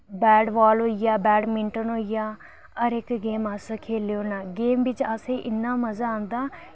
bat ball होइया badminton होइया हर इक गेम अस खेलने होना गेम बिच असें इन्ना मजा औंदा